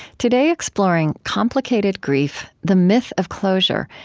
today, exploring complicated grief, the myth of closure,